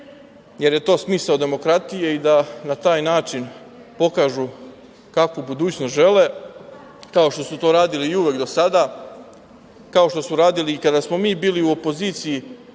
jer je to smisao demokratije i da na taj način pokažu kakvu budućnost žele, kao što su to radili i uvek do sada, kao što su radili i kada smo mi bili u opoziciji